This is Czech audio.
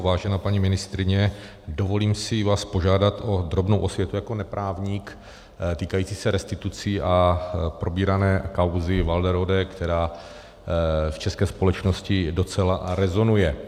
Vážená paní ministryně, dovolím si vás požádat o drobnou osvětu jako neprávník, týkající se restitucí a probírané kauzy Walderode, která v české společnosti docela rezonuje.